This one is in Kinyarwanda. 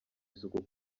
isuku